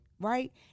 Right